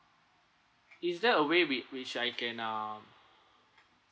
is there a way whi~ which I can um